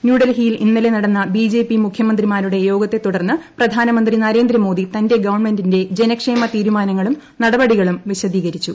ന്യൂഡൽഹിയിൽ ഇന്നലെ നടന്ന ബിജെപി മുഖ്യമന്ത്രിമാരുടെ യോഗത്തെത്തുടർന്ന് പ്രധാനമന്ത്രി നരേന്ദ്രമോദി തന്റെ ഗവൺമെന്റിന്റെ ജനക്ഷേമ തീരുമാനങ്ങളും നടപടികളും വിശദീകരിച്ചു